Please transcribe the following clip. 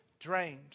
drained